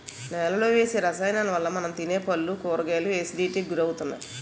నేలలో వేసే రసాయనాలవల్ల మనం తినే పళ్ళు, కూరగాయలు ఎసిడిటీకి గురవుతున్నాయి